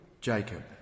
Jacob